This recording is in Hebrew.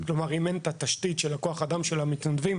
כלומר, אם אין את התשתית של כוח האדם של מתנדבים,